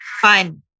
fun